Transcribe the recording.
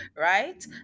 right